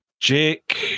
Jake